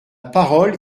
parole